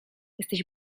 jesteś